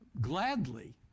Gladly